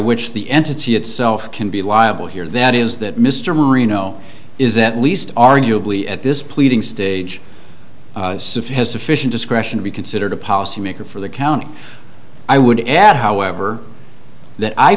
which the entity itself can be liable here that is that mr marino is at least arguably at this pleading stage of fission discretion to be considered a policy maker for the county i would add however